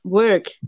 work